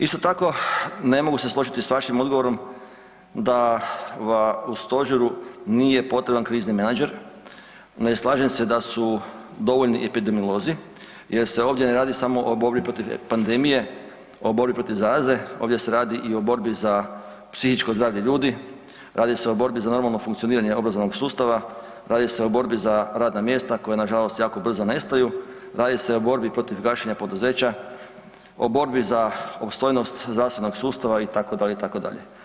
Isto tako ne mogu se složiti sa vašim odgovorom da vam u stožeru nije potreban krizni menadžer, ne slažem se da su dovoljni epidemiolozi jer se ovdje ne radi samo o borbi protiv pandemije, o borbi protiv zaraze, ovdje se radi i o borbi za psihičko zdravlje ljudi, radi se o borbi za normalno funkcioniranje obrazovnog sustava, radi se o borbi za radna mjesta koja nažalost jako brzo nestaju, radi se o borbi protiv gašenja poduzeća, o borbi za opstojnost zdravstvenog sustava itd., itd.